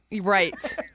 Right